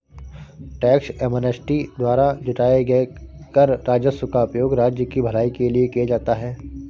tax amnesty द्वारा जुटाए गए कर राजस्व का उपयोग राज्य की भलाई के लिए किया जाता है